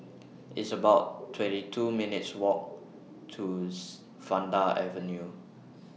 It's about twenty two minutes' Walk to Vanda Avenue